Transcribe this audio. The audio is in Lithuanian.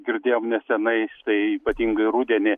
girdėjom nesenai štai ypatingai rudenį